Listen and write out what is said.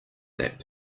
that